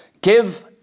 give